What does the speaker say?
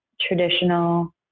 traditional